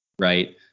right